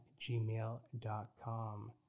gmail.com